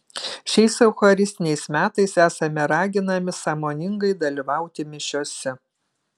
šiais eucharistiniais metais esame raginami sąmoningai dalyvauti mišiose